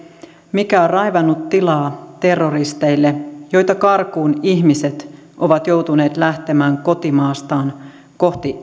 mikä on raivannut tilaa terroristeille joita karkuun ihmiset ovat joutuneet lähtemään kotimaastaan kohti